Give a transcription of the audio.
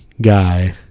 guy